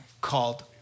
called